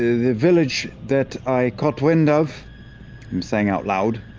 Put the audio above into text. the village that i caught wind of. i'm saying out loud,